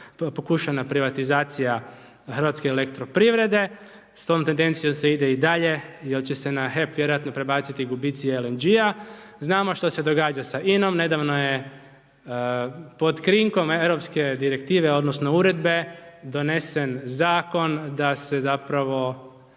pokušana privatizacije Hrvatske elektroprivrede, s tom tendencijom se ide i dalje, jer će se na HEP vjerojatno prebaciti gubitci LNG-a. Znamo što se događa sa INA-om, nedavno je pod krinkom europske direktive, odnosno, uredbe, donesen zakon, da se zapravo